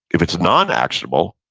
if it's non actionable,